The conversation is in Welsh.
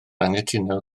anghytuno